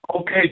Okay